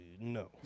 no